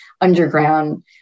underground